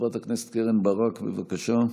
חברת הכנסת קרן ברק, בבקשה.